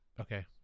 okay